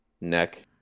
neck